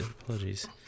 Apologies